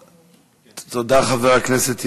תודה, חבר הכנסת ילין.